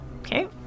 Okay